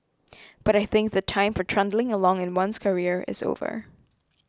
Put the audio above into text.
but I think the time for trundling along in one's career is over